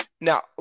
Now